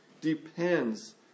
depends